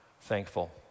thankful